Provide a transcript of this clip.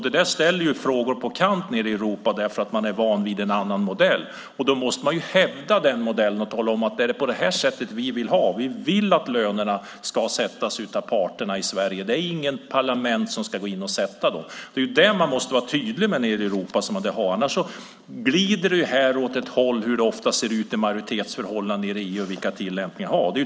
Det där sätter så att säga frågor på kant nere i Europa därför att man är van vid en annan modell. Då måste man hävda vår modell och tala om hur vi vill ha det - att vi vill att lönerna ska sättas av parterna i Sverige. Inget parlament ska gå in och sätta lönerna. Det måste man vara tydlig om nere i Europa, för annars glider det här åt hur det oftast ser ut. Jag avser då majoritetsförhållandena i EU och vilken tillämpning man har.